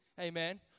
Amen